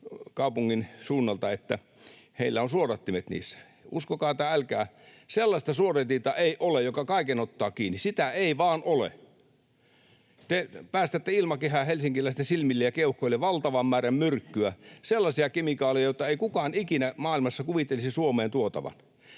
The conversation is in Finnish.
kaupungin suunnalta, että heillä on suodattimet niissä. Uskokaa tai älkää, sellaista suodatinta ei ole, joka kaiken ottaa kiinni, sitä ei vaan ole. Te päästätte ilmakehään helsinkiläisten silmille ja keuhkoille valtavan määrän myrkkyä, sellaisia kemikaaleja, joita ei kukaan ikinä maailmassa kuvittelisi Suomeen tuotavan.